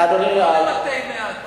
לא למתי מעט.